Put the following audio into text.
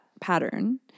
pattern